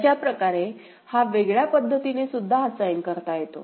अशाप्रकारे हा वेगळ्या पद्धतीने सुद्धा असाइन करता येतो